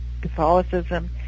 Catholicism